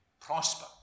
Prosper